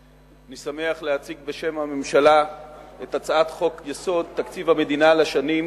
אני שמח להציג בשם הממשלה את הצעת חוק-יסוד: תקציב המדינה לשנים,